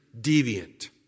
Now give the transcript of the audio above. deviant